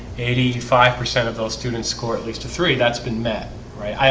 eighty five percent of those students score at least two three that's been met right.